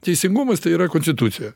teisingumas tai yra konstitucija